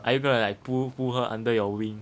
are you gonna like pull pull her under your wing